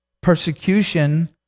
persecution